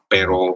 Pero